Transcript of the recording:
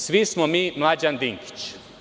Svi smo mi Mlađan Dinkić.